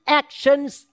actions